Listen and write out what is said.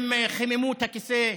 הם חיממו את הכיסא פעם,